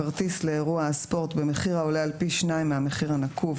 כרטיס לאירוע הספורט במחיר העולה על פי שניים מהמחיר הנקוב,